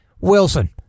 Wilson